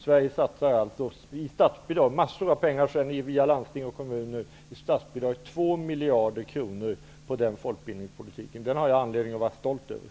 Sverige satsar alltså stora belopp genom statsbidrag till landsting och kommuner. 2 miljarder kronor satsas på folkbildningspolitiken, och denna har jag anledning att vara stolt över.